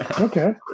Okay